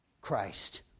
Christ